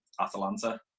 Atalanta